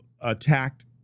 attacked